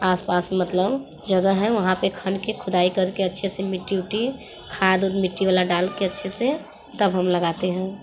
आस पास मतलव जगह हैं वहाँ पर खन के खुदाई कर के अच्छे से मिट्टी उट्टी खाद उद मिट्टी वला डाल के अच्छे से तब हम लगाते हैं